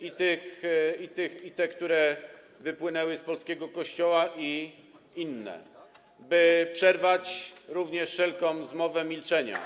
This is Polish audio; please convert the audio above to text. i te, które wypłynęły z polskiego Kościoła, i inne, by przerwać również wszelką zmowę milczenia.